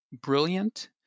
brilliant